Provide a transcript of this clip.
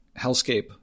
hellscape